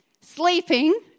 sleeping